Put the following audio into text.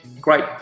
Great